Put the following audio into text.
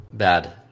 Bad